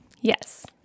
Yes